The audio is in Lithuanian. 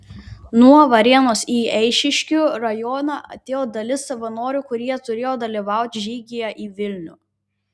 nuo varėnos į eišiškių rajoną atėjo dalis savanorių kurie turėjo dalyvauti žygyje į vilnių